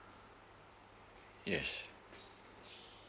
yes